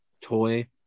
toy